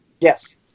yes